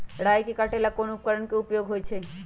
राई के काटे ला कोंन उपकरण के उपयोग होइ छई?